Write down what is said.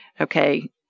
Okay